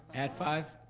at five?